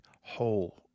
whole